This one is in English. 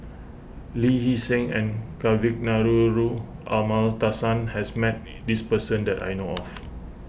Lee Hee Seng and Kavignareru Amallathasan has met this person that I know of